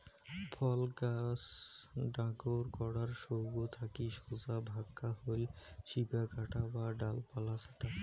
ফল গছ ডাগর করার সৌগ থাকি সোজা ভাক্কা হইল শিপা কাটা বা ডালপালা ছাঁটা